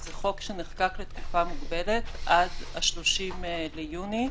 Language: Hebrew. זה חוק שנחקק לתקופה מוגבלת עד ה-30 ביוני,